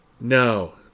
no